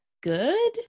good